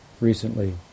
recently